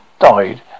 died